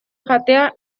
jatea